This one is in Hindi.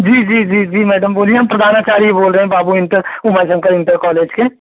जी जी जी जी मैडम बोलिए हम प्रधानाचार्य ही बोल रहे हैं Babu inter Uma Shankar inter college के